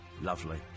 Lovely